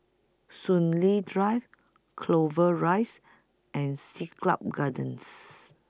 Soon Lee Drive Clover Rise and Siglap Gardens